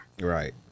Right